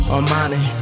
Armani